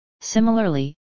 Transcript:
Similarly